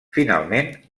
finalment